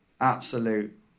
absolute